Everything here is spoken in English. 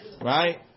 Right